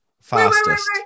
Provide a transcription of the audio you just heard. fastest